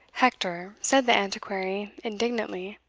hector, said the antiquary, indignantly,